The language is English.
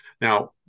Now